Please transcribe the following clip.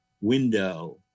window